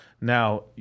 Now